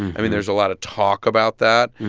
i mean, there's a lot of talk about that,